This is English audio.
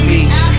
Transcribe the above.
Beach